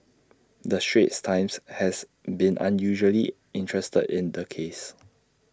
the straits times has been unusually interested in the case